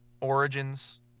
Origins